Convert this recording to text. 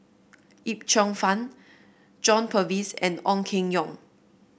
Yip Cheong Fun John Purvis and Ong Keng Yong